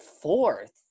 fourth